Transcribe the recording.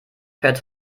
fährt